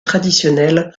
traditionnelle